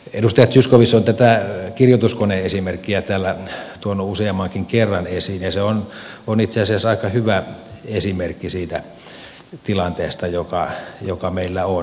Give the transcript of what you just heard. edustaja zyskowicz on tätä kirjoituskone esimerkkiä täällä tuonut useammankin kerran esiin ja se on itse asiassa aika hyvä esimerkki siitä tilanteesta joka meillä on